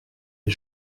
les